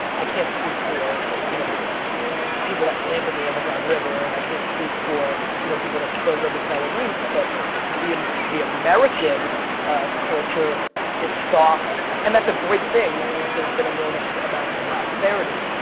i can't speak for you know people that live in the amazon river and i can't speak for you know people that still live in belarus but the the american culture is soft and that's a great thing. that means there's been enormous amounts of prosperity.